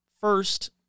first